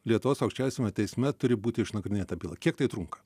lietuvos aukščiausiame teisme turi būti išnagrinėta byla kiek tai trunka